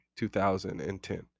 2010